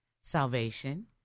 Salvation